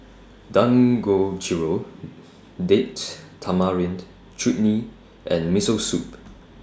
Dangojiru Date Tamarind Chutney and Miso Soup